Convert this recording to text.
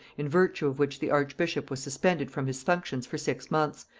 in virtue of which the archbishop was suspended from his functions for six months,